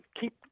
keep